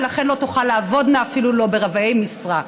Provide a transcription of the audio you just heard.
ולכן הן לא תוכלנה לעבוד, אפילו לא ברבעי משרה.